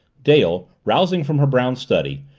dale, rousing from her brown study,